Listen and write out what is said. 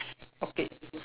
okay